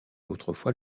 autrefois